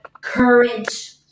courage